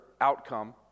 outcome